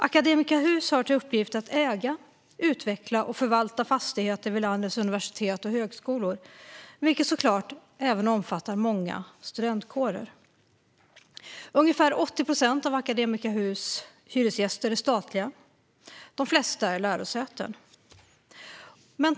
Akademiska Hus har till uppgift att äga, utveckla och förvalta fastigheter vid landets universitet och högskolor, vilket såklart även omfattar många studentkårer. Ungefär 80 procent av Akademiska Hus hyresgäster är statliga. De flesta är lärosäten.